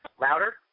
Louder